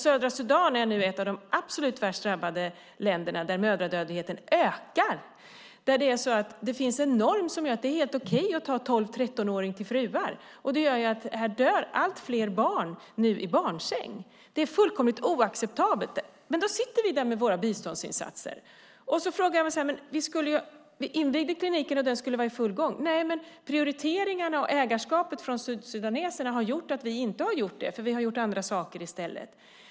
Södra Sudan är nu ett av de absolut värst drabbade länderna, där mödradödligheten ökar. Det finns en norm som gör att det är helt okej att ta 12-13-åringar till fruar. Det gör att allt fler barn nu dör i barnsäng. Det är fullkomligt oacceptabelt. Då sitter vi där med våra biståndsinsatser. Jag sade så här: Men vi invigde kliniken och den skulle vara i full gång. Nej, prioriteringarna och ägarskapet från sudaneserna har gjort att vi inte har gjort det för vi har gjort andra saker i stället.